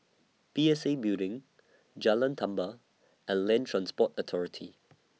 P S A Building Jalan Tambur and Land Transport Authority